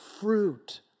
fruit